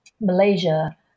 Malaysia